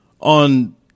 on